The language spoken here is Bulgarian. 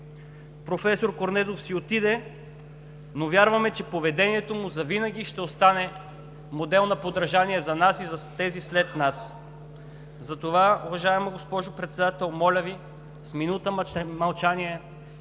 Професор Корнезов си отиде, но вярваме, че поведението му завинаги ще остане модел на подражание за нас и за тези след нас. Затова, уважаема госпожо Председател, моля Ви с минута мълчание